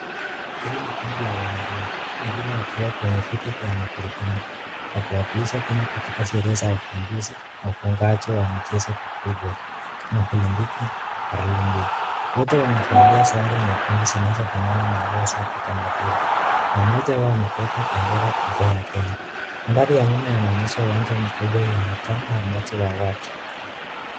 Hili ni kundi la wanariadha wengine wakiwa kwenye viti za magurudumu, wakiwakilisha Kenya katika sherehe za ufunguzi wa michezo mkubwa. Wote wamevalia sare nyekundu zinazofanana na nguo za kitamaduni na mmoja wao amebeba bendera mkubwa wa Kenya. Madhari ya nyuma inaonyesha uwanja mkubwa wenye taa na umati wa watu.